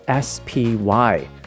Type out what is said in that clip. SPY